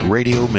Radio